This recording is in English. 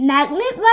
Magnet